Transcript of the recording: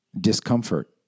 discomfort